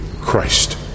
Christ